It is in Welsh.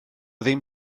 ddim